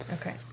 Okay